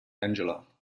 angela